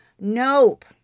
Nope